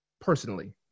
personally